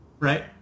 Right